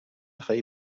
rey